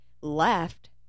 left